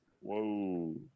whoa